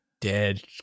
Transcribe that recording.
dead